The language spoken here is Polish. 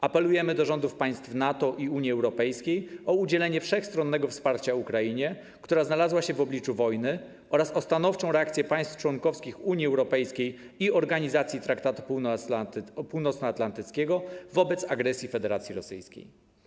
Apelujemy do rządów państw NATO i Unii Europejskiej o udzielenie wszechstronnego wsparcia Ukrainie, która znalazła się w obliczu wojny, oraz o stanowczą reakcję państw członkowskich Unii Europejskiej i Organizacji Traktatu Północnoatlantyckiego, wobec agresji Federacji Rosyjskiej.